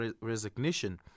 resignation